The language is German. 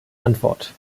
antwort